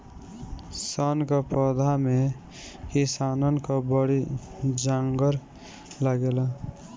सन कअ पौधा में किसानन कअ बड़ी जांगर लागेला